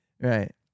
Right